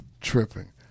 tripping